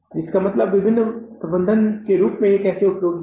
इसका मतलब विभिन्न प्रबंधन के रूप में यह कैसे उपयोगी है